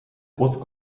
große